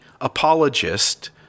apologist